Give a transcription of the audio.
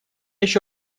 еще